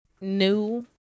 new